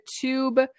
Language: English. tube